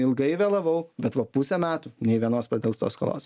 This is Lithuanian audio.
ilgai vėlavau bet va pusę metų nė vienos pradelstos skolos